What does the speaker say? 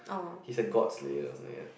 he's a god slayer or something like that